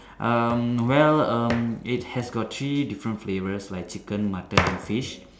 um well um it has got three different flavours like chicken mutton and fish